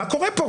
מה קורה כאן?